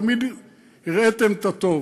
תמיד הראיתם את הטוב.